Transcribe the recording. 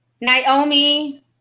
Naomi